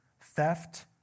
theft